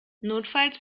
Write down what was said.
notfalls